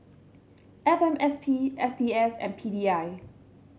F M S P S T S and P D I